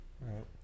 right